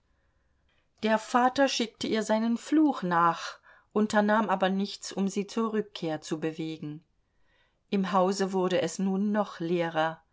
der vater schickte ihr seinen fluch nach unternahm aber nichts um sie zur rückkehr zu bewegen im hause wurde es nun noch leerer